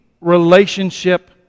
relationship